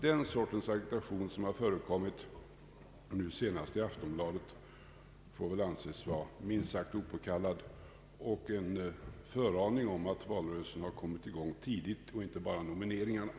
Den sorts argumentation som förekommit nu senast i Aftonbladet får anses vara minst sagt opåkallad och är en föraning om att valrörelsen — och inte bara nomineringarna — kommit i gång tidigt.